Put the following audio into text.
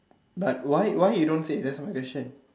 but why why you don't say that's my question